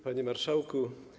Panie Marszałku!